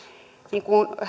niin kuin